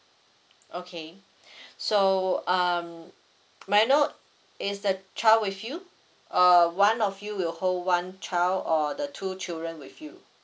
okay so um may I know is the child with you uh one of you will hold one child or the two children with you